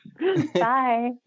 Bye